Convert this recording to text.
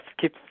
keep